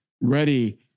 ready